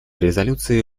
резолюции